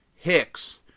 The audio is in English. hicks